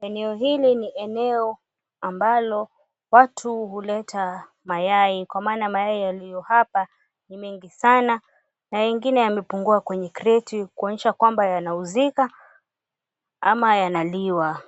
Eneo hili ni eneo ambalo watu huleta mayai kwa maana mayai yaliyo hapa ni mengi sana na mengine yamepungua kwenye kreti kuonyesha ya kwamba yanauzika ana yanaliwa.